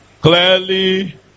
Clearly